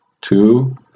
two